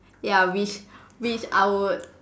ya which which I would